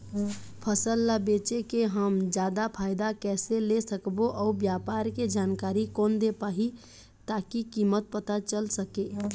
फसल ला बेचे के हम जादा फायदा कैसे ले सकबो अउ व्यापार के जानकारी कोन दे पाही ताकि कीमत पता चल सके?